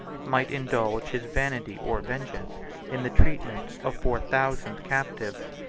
might indulge his vanity or vengeance in the treatment of four thousand captives.